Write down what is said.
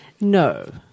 No